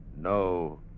no